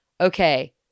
Okay